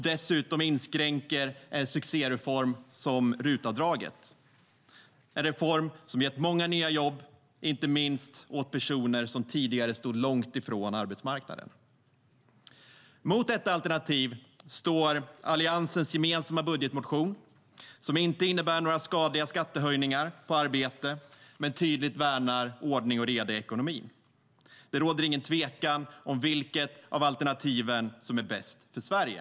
Dessutom inskränker man succéreformen RUT-avdraget, en reform som gett många nya jobb, inte minst till personer som tidigare stod långt från arbetsmarknaden. Mot detta alternativ står Alliansens gemensamma budgetmotion som inte innebär några skadliga skattehöjningar på arbete men som tydligt värnar ordning och reda i ekonomin. Det råder ingen tvekan om vilket av alternativen som är bäst för Sverige.